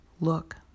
look